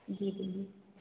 जी दीदी